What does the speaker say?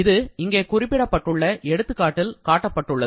அது இங்கே குறிப்பிடப்பட்டுள்ள எடுத்துக்காட்டு காட்டப்பட்டுள்ளது